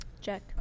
Check